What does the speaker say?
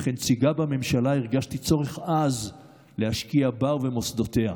וכנציגה בממשלה הרגשתי צורך עז להשקיע בה ובמוסדותיה.